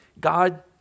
God